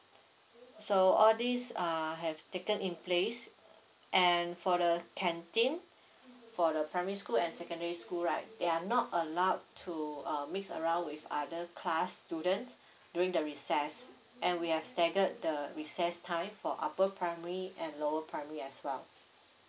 so all these uh have taken in place and for the canteen for the primary school and secondary school right they are not allowed to uh mix around with other class students during the recess and we have staggered the recess time for upper primary and lower primary as well